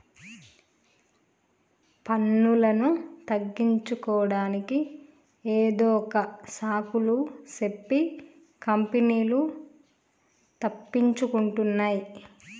పన్నులను తగ్గించుకోడానికి ఏదొక సాకులు సెప్పి కంపెనీలు తప్పించుకుంటున్నాయ్